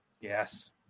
Yes